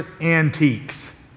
Antiques